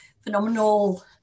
phenomenal